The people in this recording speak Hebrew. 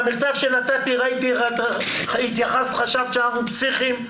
במכתב שנתת לי התייחסת, חשבת שאנחנו פסיכים.